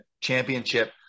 championship